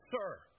Sir